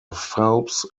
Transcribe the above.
phelps